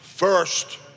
First